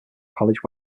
college